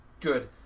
good